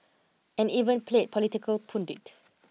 and even played political pundit